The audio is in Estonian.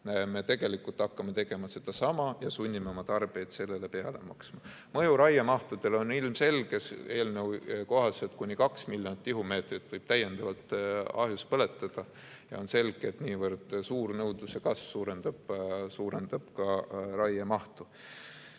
me tegelikult hakkame tegema sedasama ja sunnime oma tarbijaid sellele peale maksma. Mõju raiemahule on ilmselge. Eelnõu kohaselt võib täiendavalt kuni 2 miljonit tihumeetrit ahjus põletada ja on selge, et niivõrd suur nõudluse kasv suurendab ka raiemahtu.